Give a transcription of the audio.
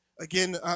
again